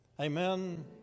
amen